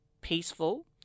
peaceful